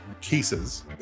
cases